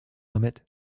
limit